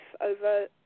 over